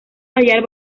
hallar